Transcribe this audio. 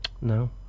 No